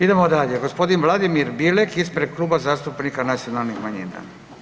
Idemo dalje, g. Vladimir Bilek ispred Kluba zastupnika nacionalnih manjina.